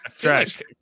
trash